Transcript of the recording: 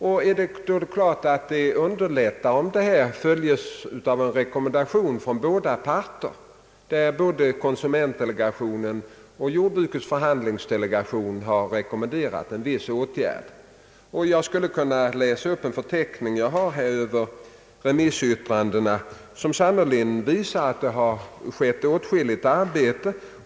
Naturligtvis underlättas arbetet om en viss åtgärd har rekommenderats av båda parter, såväl konsumentdelegationen som jordbrukets förhandlingsdelegation. Jag skulle kunna läsa upp en förteckning över remissyttrandena, som sannerligen visar att det har uträttats åtskilligt arbete.